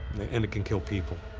and it can kill people.